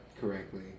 correctly